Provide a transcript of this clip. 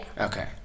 Okay